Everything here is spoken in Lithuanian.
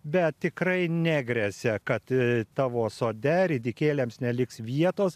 bet tikrai negresia kad tavo sode ridikėliams neliks vietos